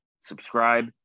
subscribe